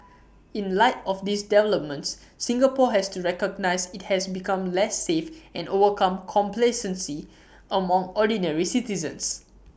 in light of these developments Singapore has to recognise IT has become less safe and overcome complacency among ordinary citizens